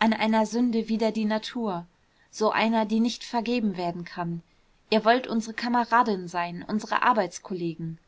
an einer sünde wider die natur so einer die nicht vergeben werden kann ihr wollt unsre kameradinnen sein unsre arbeitskollegen